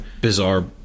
bizarre